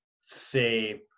say